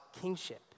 kingship